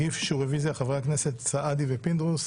הגישו רביזיה חברי הכנסת סעדי ופינדרוס.